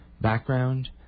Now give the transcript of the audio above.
background